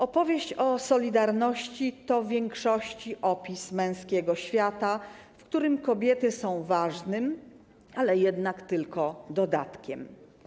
Opowieść o „Solidarności” to w większości opis męskiego świata, w którym kobiety są ważnym, ale jednak tylko dodatkiem.